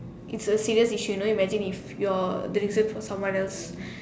it's a serious issue you know imagine if you're the reason for someone else